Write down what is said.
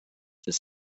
this